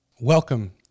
Welcome